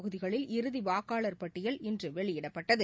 தொகுதிகளில் இறுதி வாக்காளர் பட்டியல் இன்று வெளியிடப்பட்டது